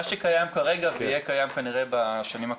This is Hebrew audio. מה שקיים כרגע ויהיה קיים כנראה בשנים הקרובות.